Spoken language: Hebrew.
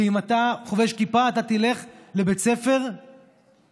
ואם אתה חובש כיפה, אתה תלך לבית ספר ממלכתי-דתי,